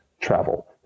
travel